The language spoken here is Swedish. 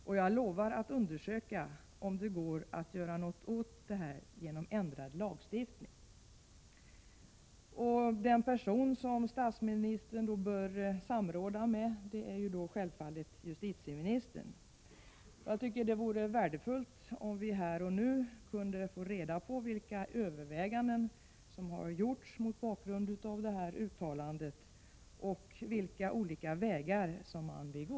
Och jag lovar att undersöka om det går att göra något genom ändrad lagstiftning.” Den person som statsministern bör samråda med är självfallet justitieministern. Det vore värdefullt om vi här och nu kunde få reda på vilka överväganden som gjorts mot bakgrund av detta uttalande och vilka olika vägar man vill gå.